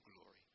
glory